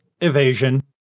evasion